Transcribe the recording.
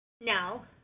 Now